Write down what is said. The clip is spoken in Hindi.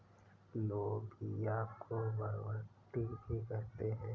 लोबिया को बरबट्टी भी कहते हैं